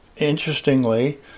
interestingly